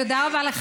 תודה רבה.